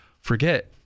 forget